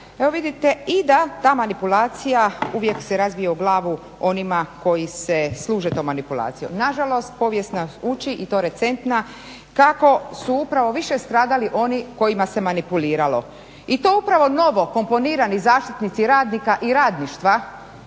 Evo vidite i da ta manipulacija uvijek se razbije u glavu onima koji se služe tom manipulacijom. Na žalost, povijest nas uči i to recentna kako su upravo više stradali oni kojima se manipuliralo i to upravo novo komponirani zaštitnici radnika i radništva